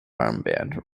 armband